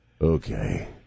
Okay